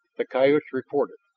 the coyotes reported.